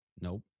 Nope